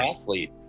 athlete